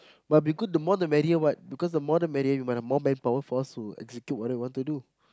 but be good the more the merrier what because the more the merrier you might have more manpower for us to execute what we want to do